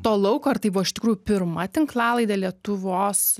to lauko ar tai buvo iš tikrųjų pirma tinklalaidė lietuvos